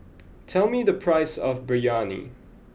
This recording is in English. tell me the price of Biryani